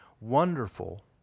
Wonderful